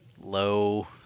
low